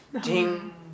ding